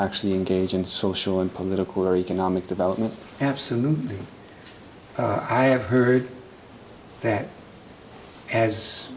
actually engage in social and political or economic development absolutely i have heard that as